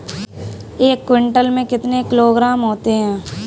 एक क्विंटल में कितने किलोग्राम होते हैं?